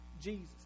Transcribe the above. Jesus